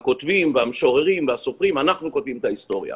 הכותבים והמשוררים והסופרים כותבים את ההיסטוריה.